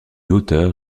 auteur